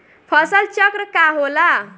फसल चक्र का होला?